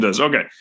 Okay